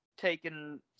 taken